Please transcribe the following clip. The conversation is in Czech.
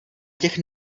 těch